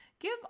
Give